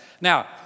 Now